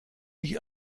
ich